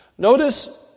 Notice